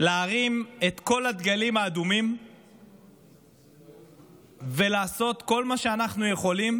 להרים את כל הדגלים האדומים ולעשות כל מה שאנחנו יכולים